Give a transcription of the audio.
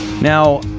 Now